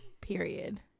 Period